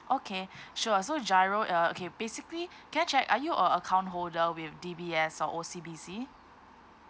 okay sure so GIRO uh okay basically can I check are you a account holder with D_B_S or O_C_B_C